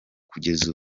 kugeza